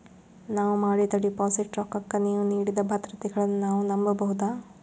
ನಾವು ಮಾಡಿದ ಡಿಪಾಜಿಟ್ ರೊಕ್ಕಕ್ಕ ನೀವು ನೀಡಿದ ಭದ್ರತೆಗಳನ್ನು ನಾವು ನಂಬಬಹುದಾ?